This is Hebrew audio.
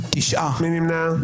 מי נמנע?